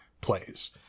plays